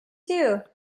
too